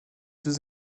deux